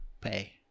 pay